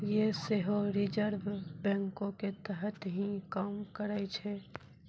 यें सेहो रिजर्व बैंको के तहत ही काम करै छै